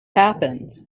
happens